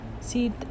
see